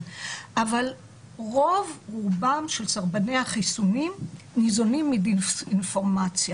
אבל רוב-רובם של סרבני החיסונים ניזונים מדיס-אינפורמציה